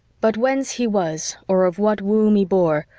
but whence he was, or of what wombe ybore,